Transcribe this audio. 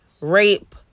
rape